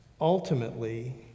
Ultimately